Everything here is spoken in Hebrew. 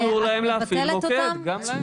מוקד יו"ש 1208. אז את מבטלת אותם?